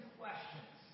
questions